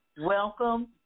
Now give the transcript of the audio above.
welcome